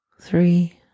three